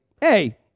hey